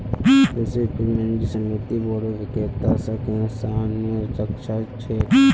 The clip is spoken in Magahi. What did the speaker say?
कृषि उपज मंडी समिति बोरो विक्रेता स किसानेर रक्षा कर छेक